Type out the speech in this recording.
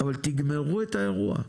אבל תגמרו את האירוע.